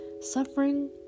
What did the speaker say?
Suffering